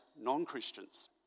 non-Christians